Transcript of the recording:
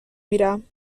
میرم